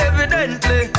Evidently